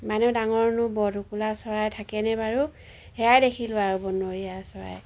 ইমানে ডাঙৰ নো বৰটোকোলা চৰাই থাকেনে বাৰু সেয়াই দেখিলোঁ আৰু বনৰীয়া চৰাই